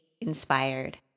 inspired